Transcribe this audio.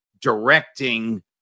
directing